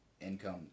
income